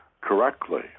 correctly